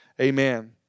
Amen